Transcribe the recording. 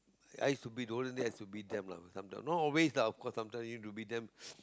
I used to beat whole day I used to beat them not always lah of course I used to beat them